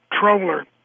Troller